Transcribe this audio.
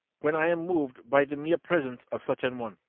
when i am moved by the mere presence of such an one,